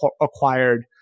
acquired